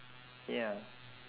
ya